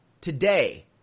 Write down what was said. today